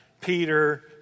Peter